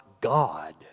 God